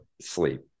Sleep